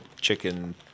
chicken